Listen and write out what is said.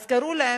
אז קראו להם,